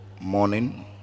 morning